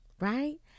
right